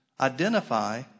identify